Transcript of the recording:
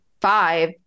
five